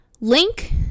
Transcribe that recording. link